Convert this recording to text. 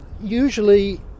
usually